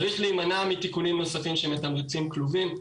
צריך להימנע מתיקונים נוספים שמתמרצים כלובים,